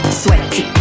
sweaty